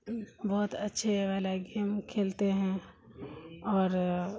بہت اچھے والا گیم کھیلتے ہیں اور